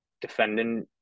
defending